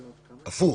הפוך,